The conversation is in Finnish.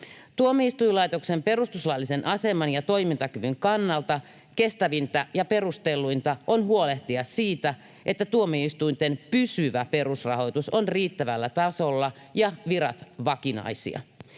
Tuomioistuinlaitoksen perustuslaillisen aseman ja toimintakyvyn kannalta kestävintä ja perustelluinta on huolehtia siitä, että tuomioistuinten pysyvä perusrahoitus on riittävällä tasolla ja virat vakinaisia.